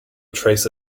trace